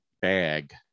bag